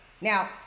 Now